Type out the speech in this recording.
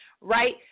right